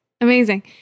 Amazing